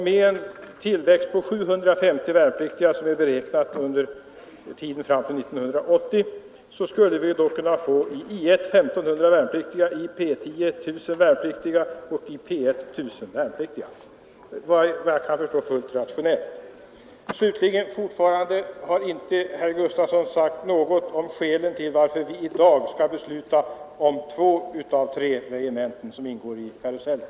Med en tillväxt på 750 värnpliktiga, vilket är beräknat för tiden fram till 1980, skulle vi kunna få 1 500 värnpliktiga till I 1, 1 000 till P 10 och 1 000 till P 1. Det är efter vad jag kan förstå fullt rationellt. Fortfarande har herr Gustafsson inte sagt någonting om skälen till att vi i dag skall besluta om två av de tre regementen som ingår i karusellen.